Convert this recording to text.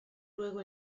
luego